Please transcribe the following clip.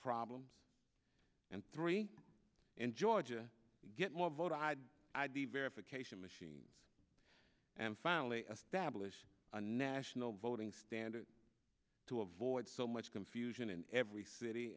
problems and three in georgia get more voter id id verification machine and finally a stablish a national voting standard to avoid so much confusion in every city